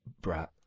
brat